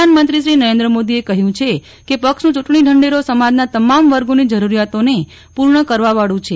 પ્રધાનમંત્રી શ્રી નરેન્દ્ર મોદીએ કહ્યું છે કે પક્ષનું ચૂંટણી ઢંઢેરો સમાજના તમામ વર્ગોની જરૂરિયાતોને પૂર્ણ કરવાવાળું છે